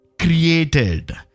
Created